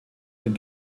den